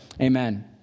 Amen